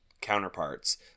counterparts